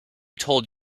told